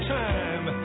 time